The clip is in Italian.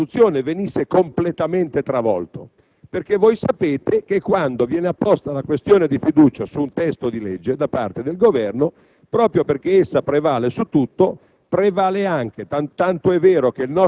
anche l'articolo 81 della Costituzione venisse completamente travolto. Come voi sapete, che quando viene apposta la questione di fiducia su un testo di legge da parte del Governo, essa prevale su tutto,